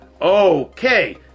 Okay